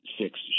six